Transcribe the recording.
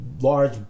large